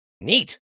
Neat